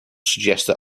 suggested